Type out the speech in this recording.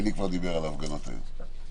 אלי כבר דיבר על ההפגנות היום.